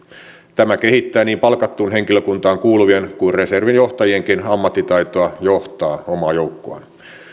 tämä kehittää niin palkattuun henkilökuntaan kuuluvien kuin reservin johtajienkin ammattitaitoa johtaa omaa joukkoaan